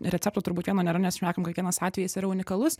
recepto turbūt vieno nėra nes šnekam kiekvienas atvejis yra unikalus